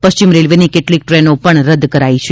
પશ્ચિમ રેલવેની કેટલીક ટ્રેનો રદ કરાઈ છે